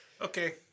Okay